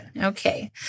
Okay